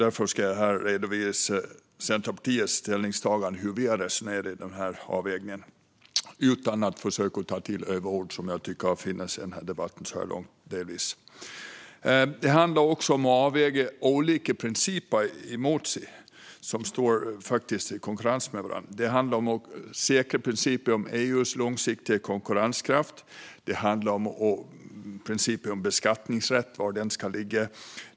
Jag ska här redovisa Centerpartiets ställningstaganden och hur vi har resonerat i denna avvägning - utan att ta till överord, vilket jag delvis tycker har förekommit så här långt i debatten. Det handlar också om att göra avvägningar gällande olika principer som konkurrerar med varandra. Det handlar om att säkra principen om EU:s långsiktiga konkurrenskraft, och det handlar om principen om var beskattningsrätten ska ligga.